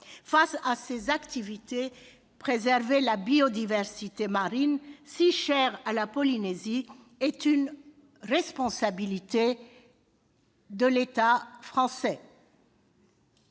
Face à ces activités, préserver la biodiversité marine, si chère à la Polynésie, est une responsabilité de l'État français.